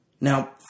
Now